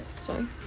sorry